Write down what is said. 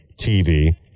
TV